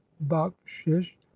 bakshish